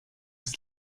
ist